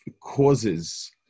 causes